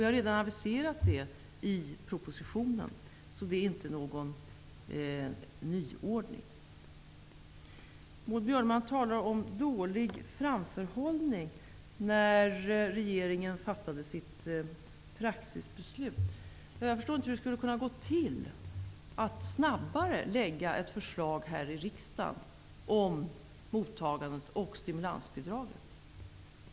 Vi har redan avviserat detta i propositionen. Det är inte någon nyordning. Maud Björnemalm talade också om att regeringen hade dålig framförhållning när den fattade sitt praxisbeslut. Jag förstår inte hur vi skulle ha gjort för att snabbare framlägga ett förslag här i riksdagen om mottagandet och stimulansbidraget.